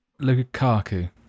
Lukaku